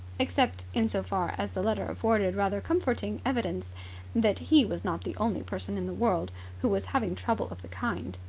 except in so far as the letter afforded rather comforting evidence that he was not the only person in the world who was having trouble of the kind.